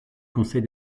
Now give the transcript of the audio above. conseil